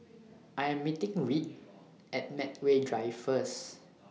I Am meeting Reed At Medway Drive First